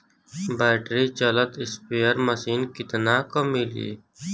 Battery चलत sprayer machine कितना क मिली?